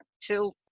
till